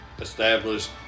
established